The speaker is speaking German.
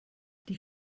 die